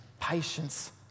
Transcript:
patience